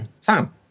Sam